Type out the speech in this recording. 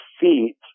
feet